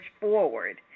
forward